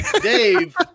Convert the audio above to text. Dave